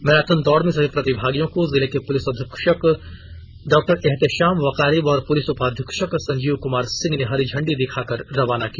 marathon दौड़ में सभी प्रतिभागियों को जिले के पुलिस अधीक्षक डॉ एहतेशाम वाकरीब और पुलिस उपाधीक्षक संजीव कुमार सिंह ने हरी झंडी दिखाकर रवाना किया